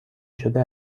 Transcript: شده